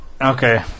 Okay